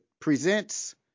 presents